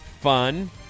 fun